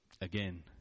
Again